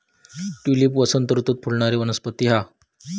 tulip वसंत ऋतूत फुलणारी वनस्पती हा